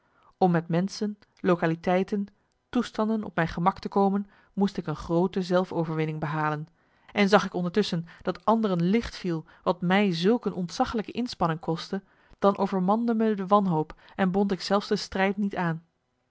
om met menschen lokaliteiten toestanden op mijn gemak te komen moest ik een groote zelfoverwinning behalen marcellus emants een nagelaten bekentenis en zag ik ondertusschen dat anderen licht viel wat mij zulk een ontzaglijke inspanning kostte dan overmande me de wanhoop en bond ik zelfs de strijd niet aan